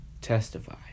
testify